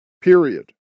period